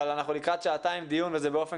אבל אנחנו לקראת שעתיים דיון וזה באופן